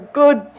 good